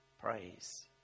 praise